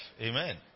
Amen